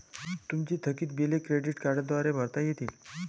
तुमची थकीत बिले क्रेडिट कार्डद्वारे भरता येतील